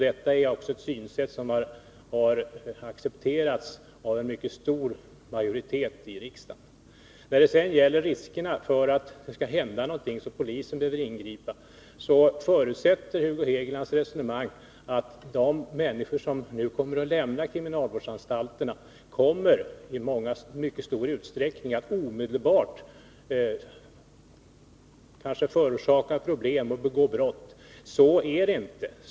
Detta är också ett synsätt som har accepterats av en mycket stor majoritet i riksdagen. När det sedan gäller riskerna för att det skall hända någonting så att polisen behöver ingripa, förutsätter Hugo Hegelands resonemang att de människor som nu kommer att lämna kriminalvårdsanstalterna i mycket stor utsträckning omedelbart kommer att förorsaka problem och begå brott. Så är det inte.